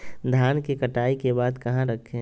धान के कटाई के बाद कहा रखें?